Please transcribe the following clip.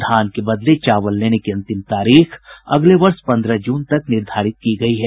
धान के बदले चावल लेने की अंतिम तारीख अगले वर्ष पन्द्रह जून तक निर्धारित की गयी है